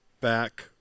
back